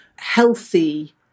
healthy